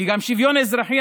כי גם שוויון אזרחי,